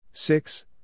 Six